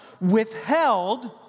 withheld